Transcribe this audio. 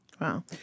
Wow